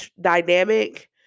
dynamic